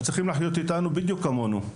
צריכים לחיות איתנו בדיוק כמונו.